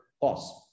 cost